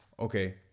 Okay